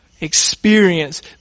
experience